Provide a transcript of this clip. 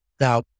Now